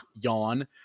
yawn